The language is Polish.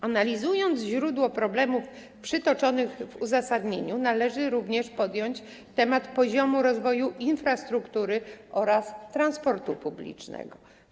Analizując źródło problemów przytoczonych w uzasadnieniu, należy również podjąć temat poziomu infrastruktury oraz transportu publicznego.